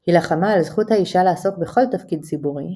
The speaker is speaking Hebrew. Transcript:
היא לחמה על זכות האישה לעסוק בכל תפקיד ציבורי,